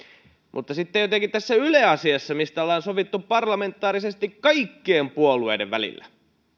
mutta sitten jotenkin tässä yle asiassa mistä ollaan sovittu parlamentaarisesti kaikkien puolueiden välillä